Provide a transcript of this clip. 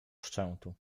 szczętu